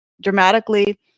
dramatically